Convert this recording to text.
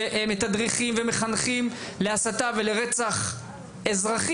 מחנכים ומתדרכים להסתה ולרצח של אזרחים,